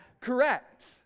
correct